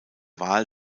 wahl